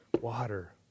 water